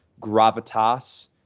gravitas